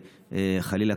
חלילה,